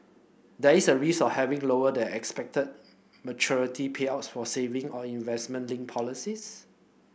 there is a risk of having lower than expected maturity payouts for saving or investment linked policies